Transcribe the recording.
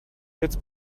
jetzt